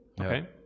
okay